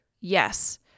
Yes